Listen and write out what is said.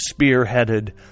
spearheaded